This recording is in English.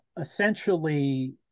essentially